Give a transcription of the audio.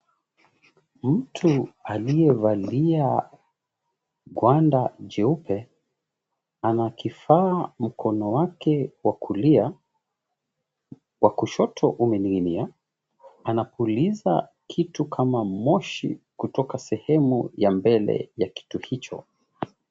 Mtu aliyevalia gwanda cheupe ana kifaa mkono wake wa kulia. Wa kushoto umeningin'inia. Anapuliza kitu kama moshi kutoka sehemu ya mbele ya kitu hicho.